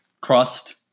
crust